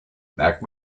mack